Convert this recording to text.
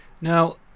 Now